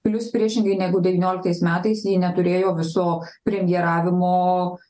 plius priešingai negu devynioliktas metais ji neturėjo viso premjeravimo